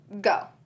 Go